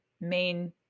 main